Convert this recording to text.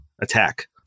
attack